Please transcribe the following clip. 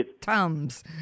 Tums